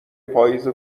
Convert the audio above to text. پاییز